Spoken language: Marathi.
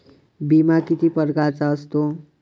बिमा किती परकारचा असतो?